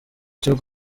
cyo